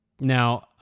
now